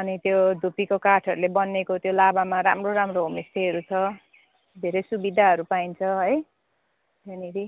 अनि त्यो धुपीको काठहरूले बन्नेको त्यो लाभामा राम्रो राम्रो होमस्टेहरू छ धेरै सुविधाहरू पाइन्छ है त्यहाँनिर